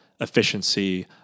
efficiency